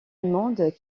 allemande